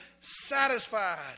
satisfied